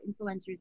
influencers